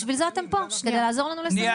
בשביל זה אתם פה, כדי לעזור לנו לסדר.